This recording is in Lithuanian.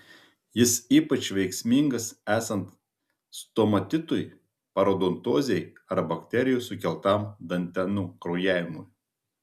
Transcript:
jis ypač veiksmingas esant stomatitui parodontozei ar bakterijų sukeltam dantenų kraujavimui